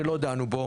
שלא דנו בו,